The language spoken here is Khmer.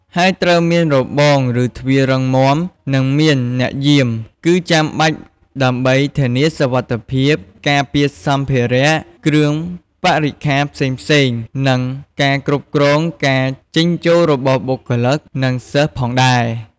ហើយត្រូវមានរបង ឬទ្វាររឹងមាំ និងមានអ្នកយាម គឺចាំបាច់ដើម្បីធានាសុវត្ថិភាព ការពារសម្ភារៈ គ្រឿងបរិក្ខារផ្សេងៗ និងការគ្រប់គ្រងការចេញចូលរបស់បុគ្គលនិងសិស្សផងដែរ។